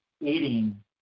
eating